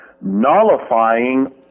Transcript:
nullifying